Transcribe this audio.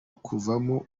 kuvamo